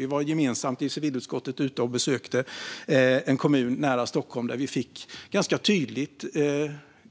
Vi var gemensamt i civilutskottet ute och besökte en kommun nära Stockholm där vi ganska tydligt fick